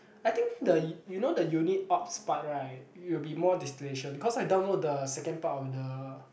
I think the you you know the unit ops part right it will be more distillation cause I download the second part of the